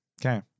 Okay